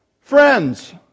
friends